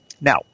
Now